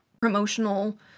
promotional